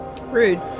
Rude